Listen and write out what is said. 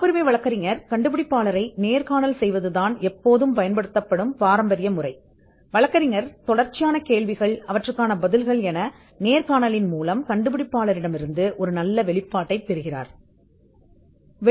காப்புரிமை வழக்கறிஞர் நேர்காணல் தொடர் கேள்விகளைக் கேட்பது கேள்விகளுக்கு பதில்களைப் பெறுவது மற்றும் நேர்காணலின் மூலம் கண்டுபிடிப்பாளரிடமிருந்து ஒரு நல்ல வெளிப்பாட்டைப் பெறக்கூடிய பாரம்பரிய வழி இது